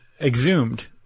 exhumed